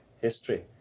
history